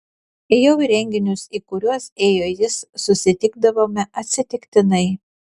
ėjau į renginius į kuriuos ėjo jis susitikdavome atsitiktinai